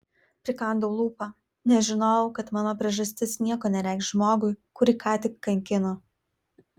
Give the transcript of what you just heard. prikandau lūpą nes žinojau kad mano priežastis nieko nereikš žmogui kurį ką tik kankino